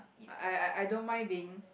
I I I don't mind being